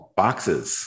boxes